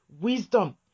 wisdom